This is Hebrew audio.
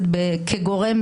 עמדת, כל הכבוד.